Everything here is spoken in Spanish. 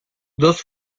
dos